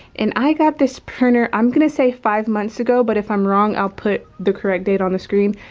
and i got this printer, i'm gonna say five months ago, but if i'm wrong, i'll put the correct date on the screen.